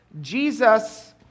Jesus